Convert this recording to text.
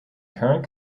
current